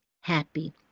happy